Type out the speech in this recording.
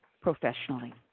professionally